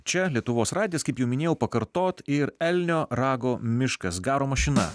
čia lietuvos radijas kaip jau minėjau pakartot ir elnio rago miškas garo mašina